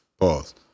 Pause